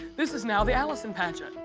this is now the allisyn pageant.